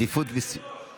(מתן עדיפות בסיוע